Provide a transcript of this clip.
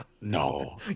no